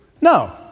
No